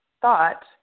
thought